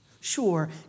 Sure